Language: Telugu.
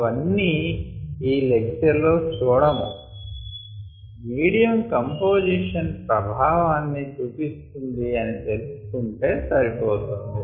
అవన్నీ ఈ లెక్చర్ లో చూడము మీడియం కంపొజిషన్ ప్రభావాన్ని చూపిస్తుంది అని తెలుసుకుంటే సరిపోతుంది